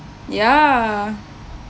ya